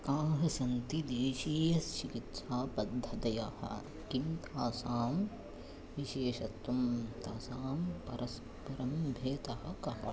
काः सन्ति देशीय चिकित्सापद्धतयः किं तासां विशेषत्वं तासां परस्परतः कः